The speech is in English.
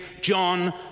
John